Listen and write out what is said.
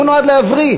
הוא נועד להבריא.